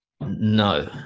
No